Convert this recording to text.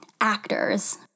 actors